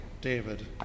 David